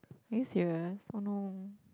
are you serious oh no